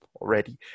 already